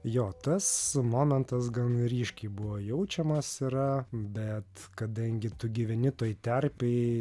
jo tas momentas gan ryškiai buvo jaučiamas yra bet kadangi tu gyveni toj terpėj